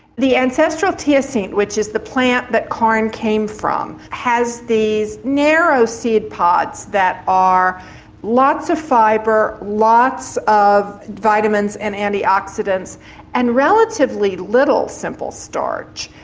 the ancestral teosinte which is the plant which corn came from has these narrow seed pods that are lots of fibre, lots of vitamins and antioxidants and relatively little simple starch.